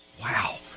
Wow